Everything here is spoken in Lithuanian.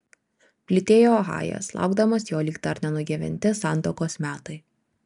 plytėjo ohajas laukdamas jo lyg dar nenugyventi santuokos metai